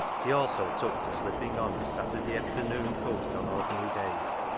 he also took to slipping on his saturday efter noon coat on ordinary days,